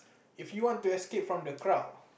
if you want to escape from the crowd